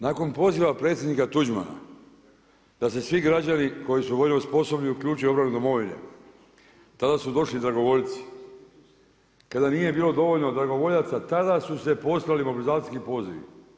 Nakon poziva predsjednika Tuđmana da se svi građani koji su vojno sposobni uključe u obranu Domovine, tada su došli dragovoljci, kada nije bilo dovoljno dragovoljaca tada su se poslali mobilizacijski pozivi.